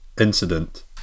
incident